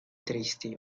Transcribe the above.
tristi